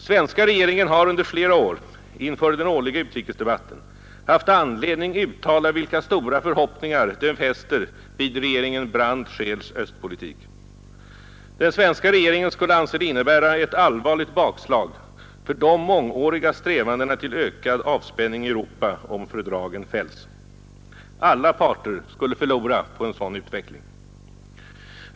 Svenska regeringen har under flera år inför den årliga utrikesdebatten haft anledning uttala vilka stora förhoppningar den fäster vid regeringen Brandt/Scheels östpolitik. Den svenska regeringen skulle anse det innebära ett allvarligt bakslag för de mångåriga strävandena till ökad avspänning i Europa om fördragen fälls. Alla parter skulle förlora på en sådan utveckling.